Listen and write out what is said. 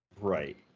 Right